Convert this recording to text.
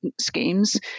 schemes